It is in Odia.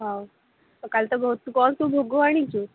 ହେଉ କାଲି ତ ବହୁତ କ'ଣ ସବୁ ଭୋଗ ଆଣିଛୁ